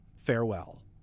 Farewell